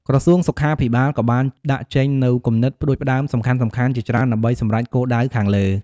ក្រសួងសុខាភិបាលក៏បានដាក់ចេញនូវគំនិតផ្តួចផ្តើមសំខាន់ៗជាច្រើនដើម្បីសម្រេចគោលដៅខាងលើ។